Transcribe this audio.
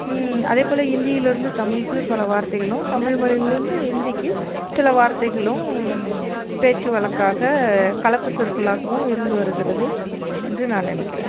அதே போல் இந்தியில் இருந்தும் தமிழ்க்கு பல வார்த்தைகளும் தமிழ் மொழிலிந்து இந்திக்கு சில வார்த்தைகளும் பேச்சுவழக்காக கலப்பு சொற்களாகவும் இருந்து வருகிறது என்று நான் நினைக்கிறேன்